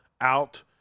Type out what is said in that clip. out